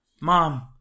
Mom